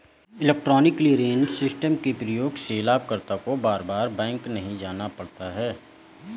electronic clearance system के प्रयोग से लाभकर्ता को बार बार बैंक नहीं जाना पड़ता है